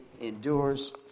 endures